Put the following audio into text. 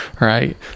right